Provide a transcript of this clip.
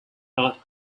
part